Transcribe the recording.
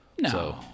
No